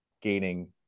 gaining